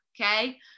okay